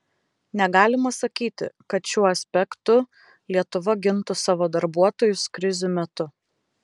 negalima sakyti kad šiuo aspektu lietuva gintų savo darbuotojus krizių metu